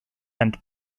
and